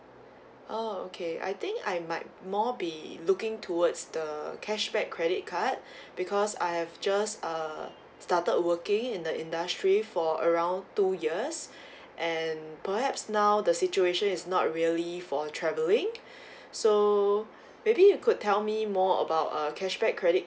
orh okay I think I might more be looking towards the cashback credit card because I've just uh started working in the industry for around two years and perhaps now the situation is not really for traveling so maybe you could tell me more about uh cashback credit